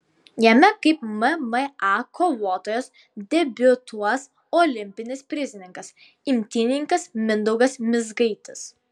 jame kaip mma kovotojas debiutuos olimpinis prizininkas imtynininkas mindaugas mizgaitis